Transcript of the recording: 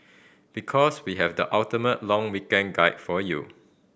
because we have the ultimate long weekend guide for you